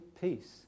peace